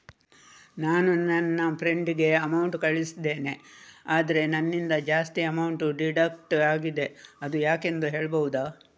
ನಾನು ನನ್ನ ಫ್ರೆಂಡ್ ಗೆ ಅಮೌಂಟ್ ಕಳ್ಸಿದ್ದೇನೆ ಆದ್ರೆ ನನ್ನಿಂದ ಜಾಸ್ತಿ ಅಮೌಂಟ್ ಡಿಡಕ್ಟ್ ಆಗಿದೆ ಅದು ಯಾಕೆಂದು ಹೇಳ್ಬಹುದಾ?